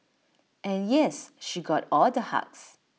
and yes she got all the hugs